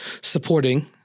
supporting